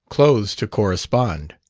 clothes to correspond.